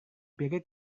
pikir